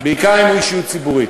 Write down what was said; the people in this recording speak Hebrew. בעיקר אם הוא אישיות ציבורית.